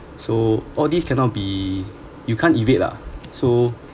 so all these cannot be you can't evade lah so